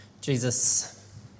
Jesus